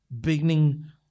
Beginning